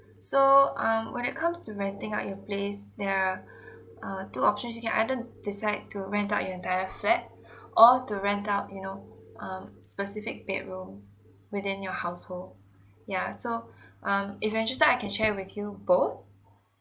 so um when it comes to renting out your place there are uh two options you can either decide to rent out your entire flat or to rent out you know um specific bedrooms within your household ya so um if I can just start I can share with you both